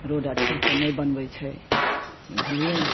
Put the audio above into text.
road अच्छा से नहि बनबै छै बुझलियै ने